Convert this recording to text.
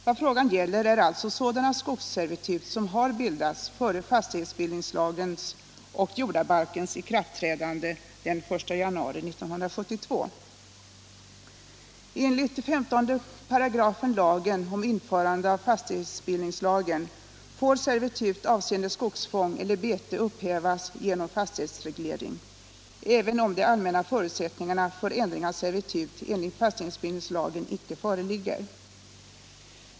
Vad frågan gäller är alltså sådana skogsservitut som har bildats före fastighetsbildningslagens och jordabalkens ikraftträdande den 1 januari 1972. Enligt 15 § lagen om införande av fastighetsbildningslagen får servitut avseende skogsfång eller bete upphävas genom fastighetsreglering, även om de allmänna förutsättningarna för ändring av servitut enligt fastighetsbildningslagen inte föreligger.